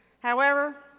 however,